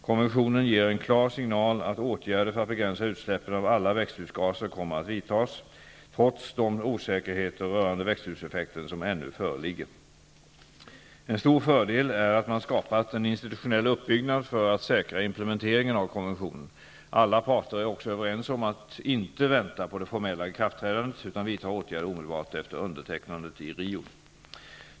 Konventionen ger en klar signal att åtgärder för att begränsa utsläppen av alla växthusgaser kommer att vidtags, trots de osäkerheter rörande växthuseffekten som ännu föreligger. En stor fördel är att man har skapat en institutionell uppbyggnad för att säkra implementeringen av konventionen. Alla parter är också överens om att inte vänta på det formella ikraftträdandet utan vidta åtgärder omedelbart efter undertecknandet i Rio.